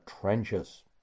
trenches